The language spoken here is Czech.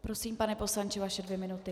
Prosím, pane poslanče, vaše dvě minuty.